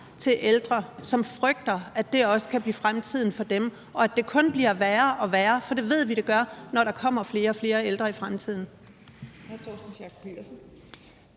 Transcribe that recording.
til ældre, som frygter, at det også kan blive fremtiden for dem, og at det kun bliver værre og værre? For det ved vi det gør, når der kommer flere og flere ældre i fremtiden.